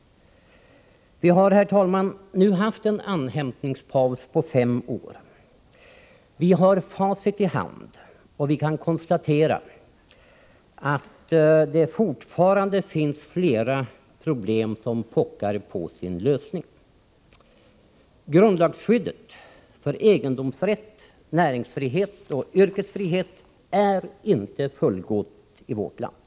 Herr talman! Vi har nu haft en andhämtningspaus i fem år. Vi har facit i hand och kan konstatera att det fortfarande finns flera problem som pockar på sin lösning. Grundlagsskyddet för egendomsrätt, näringsfrihet och yrkesfrihet är inte fullgott i vårt land.